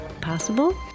possible